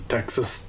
Texas